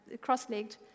cross-legged